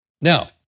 Now